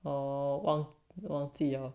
oh 忘忘记了